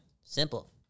Simple